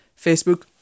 Facebook